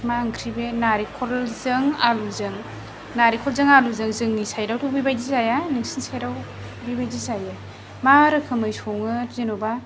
मा ओंख्रि बे नारेंखलजों आलुजों नारेंखलजों आलुजों जोंनि सायडआवथ' बेबायदि जाया नोंसोरनि सायडाव बेबायदि जायो मा रोखोमै सङो जेनेबा